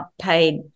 paid